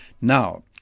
Now